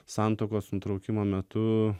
santuokos nutraukimo metu